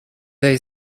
they